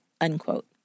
unquote